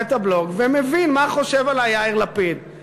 את הבלוג ומבין מה יאיר לפיד חושב עלי.